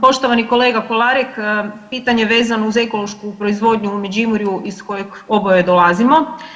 Poštovani kolega Kolarek, pitanje vezano uz ekološku proizvodnju u Međimurju iz kojeg oboje dolazimo.